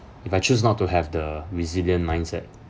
if I choose not to have the resilient mindset